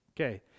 Okay